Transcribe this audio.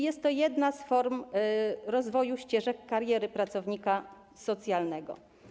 Jest to jedna z form rozwoju ścieżek kariery pracownika socjalnego.